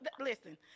Listen